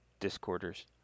Discorders